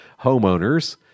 homeowners